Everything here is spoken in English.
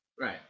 Right